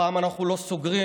הפעם אנחנו לא סוגרים